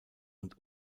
und